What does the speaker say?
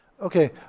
Okay